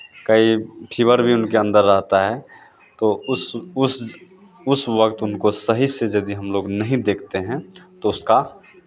कई फीवर भी उनके अंदर रहता है तो उस उस उस वक्त उनको सही से यदि हम लोग नहीं देखते हैं तो उसका